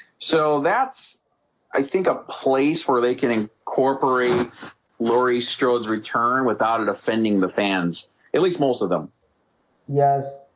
so that's i think a place where they can incorporate laurie strode return without it offending the fans at least most of them yes,